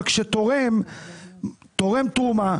אבל כשתורם תורם תרומה,